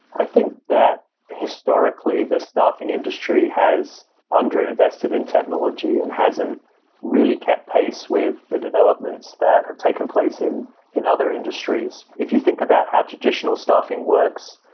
i think that historically the staffing industry has underinvested in technology and hasn't really kept pace with the developments that had taken place in in other industries. if you think about how traditional staffing works,